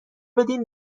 بدین